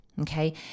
Okay